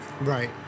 Right